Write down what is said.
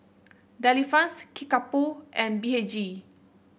Delifrance Kickapoo and B H G